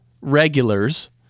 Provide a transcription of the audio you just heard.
regulars